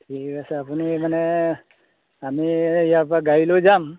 ঠিক আছে আপুনি মানে আমি ইয়াৰ পৰা গাড়ী লৈ যাম